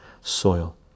soil